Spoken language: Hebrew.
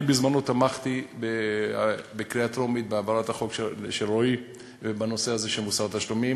אני בזמנו תמכתי בהעברת החוק של רועי בנושא הזה של מוסר התשלומים